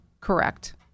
correct